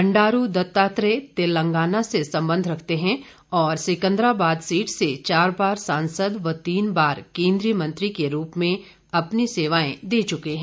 बंडारू दत्तात्रेय तेलंगाना से संबंध रखते हैं और सिंकदराबाद सीट से चार बार सांसद और तीन बार केन्द्रीय मंत्री के रूप में अपनी सेवाएं दे चुके हैं